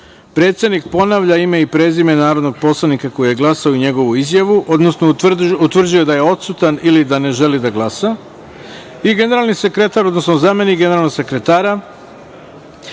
predsednik ponavlja ime i prezime narodnog poslanika koji je glasao i njegovu izjavu, odnosno utvrđuje da je odsutan ili da ne želi da glasa, generalni sekretar, odnosno zamenik generalnog sekretara